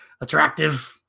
attractive